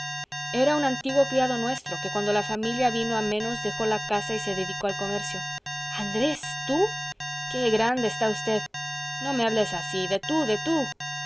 era un antiguo criado nuestro que cuando la familia vino a menos dejó la casa y se dedicó al comercio andrés tú qué grande está usted no me hables así de tú de tú